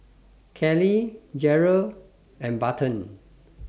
Callie Jarrell and Barton